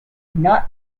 not